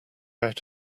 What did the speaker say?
out